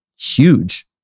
huge